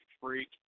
freak